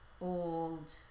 old